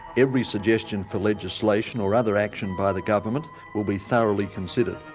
every suggestion for legislation or other action by the government will be thoroughly considered.